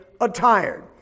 attired